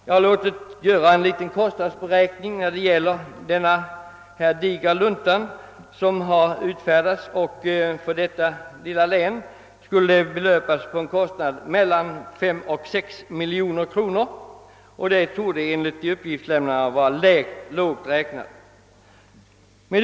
Jag har låtit göra en kostnadsberäkning på grundval av den digra lunta som jag har här, och det visar sig att för vårt lilla län skulle kostnaden belöpa sig till mellan 5 och 6 miljoner kronor. Detta torde enligt uppgiftslämnarna ändå vara lågt räknat.